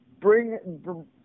bring